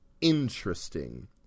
interesting